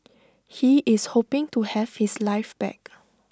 he is hoping to have his life back